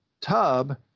tub